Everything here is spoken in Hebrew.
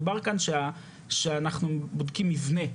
דובר כאן שאנחנו בודקים מבנה,